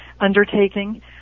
undertaking